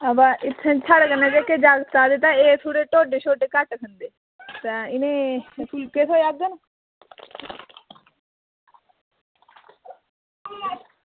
बाऽ इत्थै जेह्ड़े साढ़े कन्नै जागत आए दे एह् ढोड्डे निं खंदे ते भी कुत्थै ई जाह्ङन